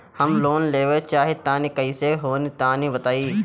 हम लोन लेवल चाह तनि कइसे होई तानि बताईं?